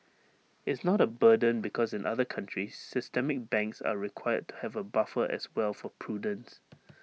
it's not A burden because in other countries systemic banks are required to have A buffer as well for prudence